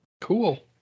Cool